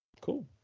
Cool